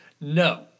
No